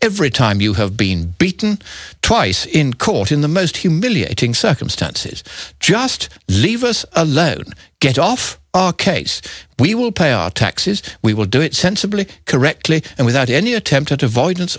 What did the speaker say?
every time you have been beaten twice in court in the most humiliating circumstances just leave us alone get off case we will pay our taxes we will do it sensibly correctly and without any attempt at avoidance